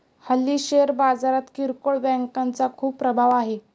हल्ली शेअर बाजारात किरकोळ बँकांचा खूप प्रभाव आहे